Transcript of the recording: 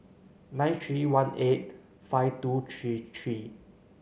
nine three one eight five two three three